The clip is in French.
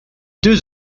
deux